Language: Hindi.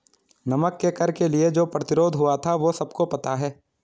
नमक के कर के लिए जो प्रतिरोध हुआ था वो सबको पता है